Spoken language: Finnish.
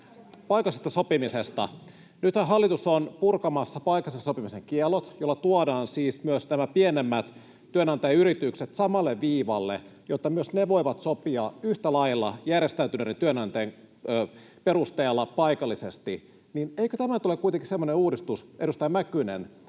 Paikallisesta sopimisesta: Nythän hallitus on purkamassa paikallisen sopimisen kiellot, millä tuodaan siis myös nämä pienemmät työnantajayritykset samalle viivalle, jotta myös ne voivat sopia yhtä lailla järjestäytyneiden työnantajien perusteella paikallisesti. Eikö tämä nyt ole kuitenkin semmoinen uudistus, edustaja Mäkynen,